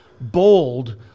bold